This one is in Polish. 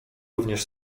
również